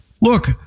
Look